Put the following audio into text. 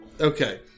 Okay